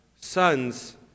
sons